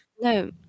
no